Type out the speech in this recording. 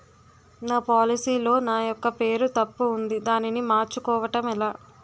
నా పోలసీ లో నా యెక్క పేరు తప్పు ఉంది దానిని మార్చు కోవటం ఎలా?